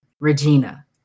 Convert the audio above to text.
Regina